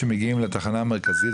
שמגיעים לתחנה המרכזית,